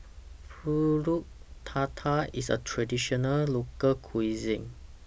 Pulut Tatal IS A Traditional Local Cuisine